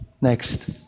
Next